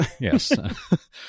Yes